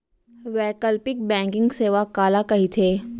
वैकल्पिक बैंकिंग सेवा काला कहिथे?